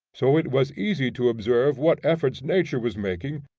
so it was easy to observe what efforts nature was making,